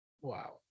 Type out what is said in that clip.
Wow